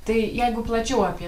tai jeigu plačiau apie